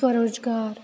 स्वरोज़गार